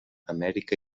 amèrica